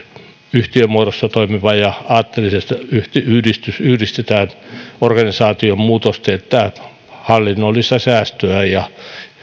yhtiömuodossa toimiva ja aatteellinen yhdistys yhdistetään organisaatiomuutos teettää hallinnollista säästöä ja